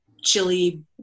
chili